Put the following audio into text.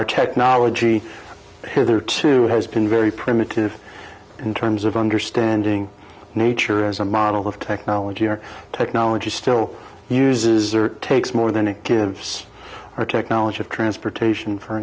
our technology whether to has been very primitive in terms of understanding nature as a model of technology or technology still uses or takes more than a canvas or technology of transportation for